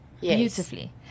Beautifully